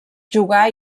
jugar